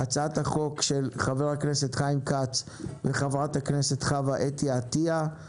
הצעת החוק של חבר הכנסת חיים כץ וחברת הכנסת חוה אתי עטייה.